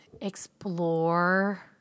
explore